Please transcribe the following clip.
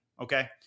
okay